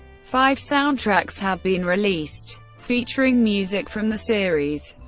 five soundtracks have been released, featuring music from the series.